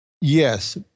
Yes